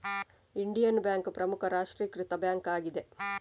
Indian bank ಪ್ರಮುಖ ರಾಷ್ಟ್ರೀಕೃತ bank ಆಗಿದೆ